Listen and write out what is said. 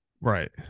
Right